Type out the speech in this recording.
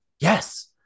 yes